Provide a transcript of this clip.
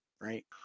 Right